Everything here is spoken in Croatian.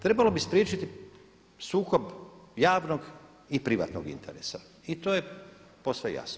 Trebalo bi spriječiti sukob javnog i privatnog interesa i to je posve jasno.